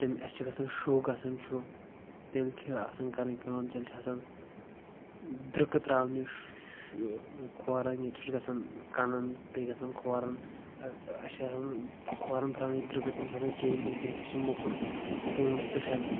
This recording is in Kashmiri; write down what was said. تم اسہِ چھُ گژھان شُہ گژھان چھُ تیٚلہِ چھِ آسان کرٕنۍ کٲم تیٚلہِ چھِ آسان دٔرکہٕ ترٛاونہِ کھۄرن ییٚتہِ چھُ گژھان کنن بیٚیہِ گژھان کھۄرن اسہِ چھِ آسان کھۄرن ترٛاونہِ دٔرکہٕ تِم چھِ آسان کیٚمۍ ہی تِم چھ سُہ موٚکُرخوٗن ژٕشان